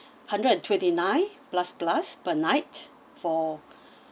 hundred and twenty nine plus plus per night for